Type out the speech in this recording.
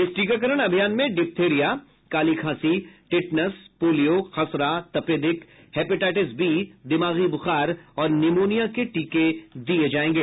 इस टीकाकरण अभियान में डिप्थीरिया काली खांसी टेटनस पोलियो खसरा तपेदिक हेपेटाइटिस बी दिमागी ब्रखार और निमोनिया के टीके दिये जायेंगे